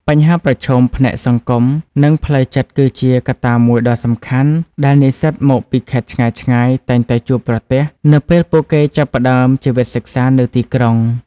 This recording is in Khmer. បញ្ហាប្រឈមផ្នែកសង្គម និងផ្លូវចិត្តគឺជាកត្តាមួយដ៏សំខាន់ដែលនិស្សិតមកពីខេត្តឆ្ងាយៗតែងតែជួបប្រទះនៅពេលពួកគេចាប់ផ្ដើមជីវិតសិក្សានៅទីក្រុង។